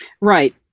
Right